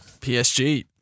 PSG